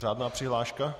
Řádná přihláška?